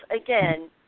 again